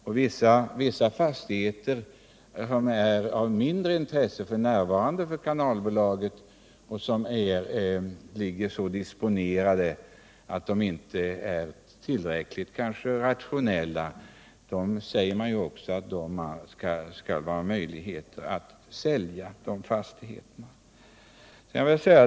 När det gäller vissa fastigheter, som f. n. är av mindre intresse för kanalbolaget och som är så disponerade att de kanske inte är tillräckligt rationella, säger man ju också att det skall vara möjligt att sälja dem.